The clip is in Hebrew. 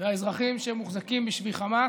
והאזרחים שמוחזקים בשבי חמאס.